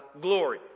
glory